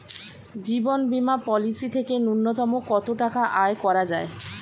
জীবন বীমা পলিসি থেকে ন্যূনতম কত টাকা আয় করা যায়?